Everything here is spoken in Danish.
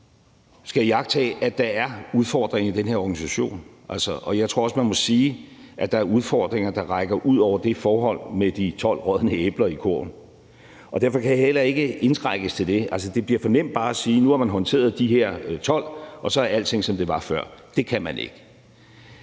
skal iagttage, at der er udfordringer i den her organisation. Jeg tror også, at man må sige, at der er udfordringer, der rækker ud over det forhold med de 12 rådne æbler i kurven. Og derfor kan det heller ikke indskrænkes til det. Altså, det bliver for nemt bare at sige, at nu har man håndteret de her 12, og så er alting, som det var før. Det kan man ikke.